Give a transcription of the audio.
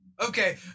okay